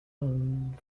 soon